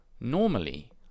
Normally